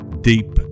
deep